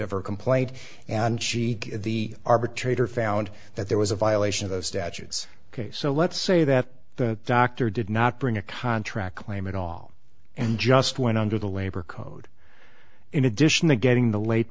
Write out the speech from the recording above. her complaint and she the arbitrator found that there was a violation of the statutes ok so let's say that the doctor did not bring a contract claim at all and just went under the labor code in addition to getting the late